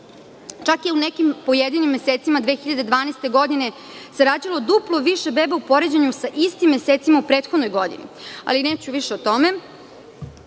čak i u nekim pojedinim mesecima 2012. godine se rađalo duple više beba u poređenju sa istim mesecima u prethodnoj godini. Da ne bi ispalo